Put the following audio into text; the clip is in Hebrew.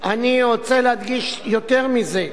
אני רוצה להדגיש יותר מזה: